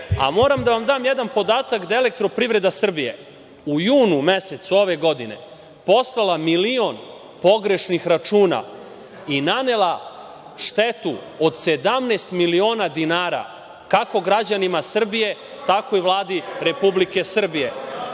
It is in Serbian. Moram da vam dam jedan podatak da „Elektroprivreda“ Srbije u junu mesecu ove godine, poslala milion pogrešnih računa i nanela štetu od 17 miliona dinara, kako građanima Srbije, tako i Vladi Republike Srbije. Ako